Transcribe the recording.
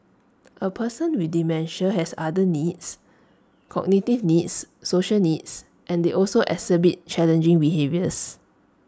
A person with dementia has other needs cognitive needs social needs and they also exhibit challenging behaviours